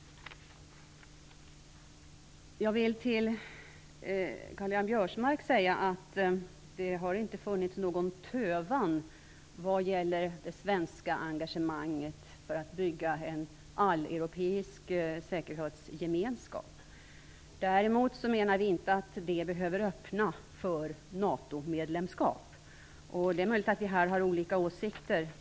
Jag vill till Karl-Göran Biörsmark säga att det inte har funnits någon tövan vad gäller det svenska engagemanget för att bygga en alleuropeisk säkerhetsgemenskap. Vi menar att det däremot inte behöver öppna för ett NATO-medlemskap. Det är möjligt att vi här har olika åsikter.